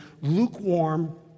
lukewarm